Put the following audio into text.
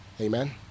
amen